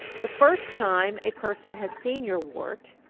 the first time a person has seen your wart,